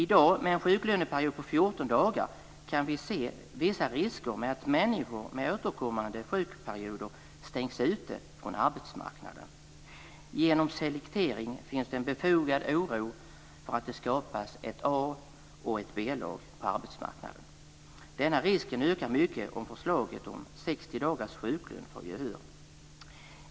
I dag, när vi har en sjuklöneperiod på 14 dagar, kan vi se vissa risker för att människor med återkommande sjukperioder stängs ute från arbetsmarknaden. Det finns en befogad oro för att det skapas ett A och ett B-lag på arbetsmarknaden genom selektering. Denna risk ökar mycket om förslaget om 60 dagars sjuklön får gehör.